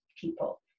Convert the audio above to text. people